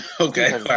Okay